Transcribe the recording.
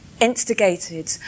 instigated